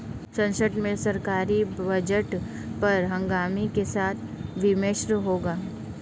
संसद में सरकारी बजट पर हंगामे के साथ विमर्श हुआ